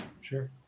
sure